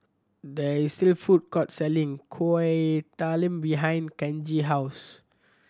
there is a food court selling Kuih Talam behind Kenji house